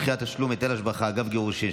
דחיית תשלום היטל השבחה אגב גירושין),